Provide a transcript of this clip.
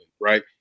right